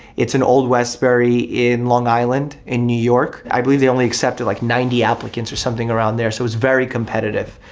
it's in old westbury in long island in new york. i believe they only accepted like ninety applicants or something around there, so it's very competitive.